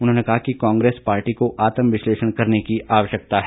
उन्होंने कहा कि कांग्रेस पार्टी को आत्मविश्लेषण करने की आवश्यकता है